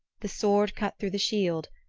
the sword cut through the shield,